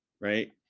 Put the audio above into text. right